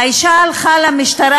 האישה הלכה למשטרה,